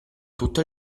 tutto